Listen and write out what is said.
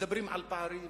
מדברים על פערים,